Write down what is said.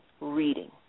reading